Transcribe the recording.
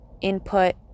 input